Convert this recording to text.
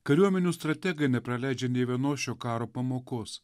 kariuomenių strategai nepraleidžia nė vienos šio karo pamokos